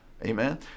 Amen